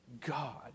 God